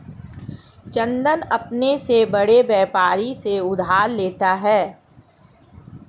चंदन अपने से बड़े व्यापारी से उधार लेता है